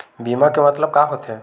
बीमा के मतलब का होथे?